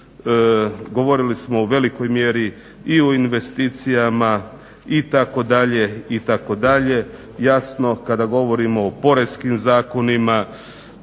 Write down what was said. Govorili smo o velikoj mjeri i o investicijama itd., itd., jasno kada govorimo o poreskim zakonima